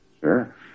Sure